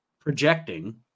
projecting